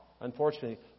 unfortunately